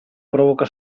provoca